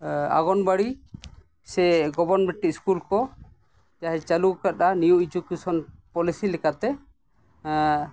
ᱟᱝᱜᱚᱱᱳᱣᱟᱲᱤ ᱥᱮ government school ᱠᱚ ᱪᱟᱹᱞᱩ ᱠᱟᱫᱟ ᱱᱤᱭᱩ ᱮᱰᱩᱠᱮᱥᱚᱱ ᱯᱚᱞᱤᱥᱤ ᱞᱮᱠᱟᱛᱮ